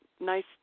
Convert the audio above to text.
nice